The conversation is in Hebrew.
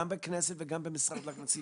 גם בכנסת וגם במשרד להגנת הסביבה.